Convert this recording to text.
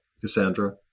Cassandra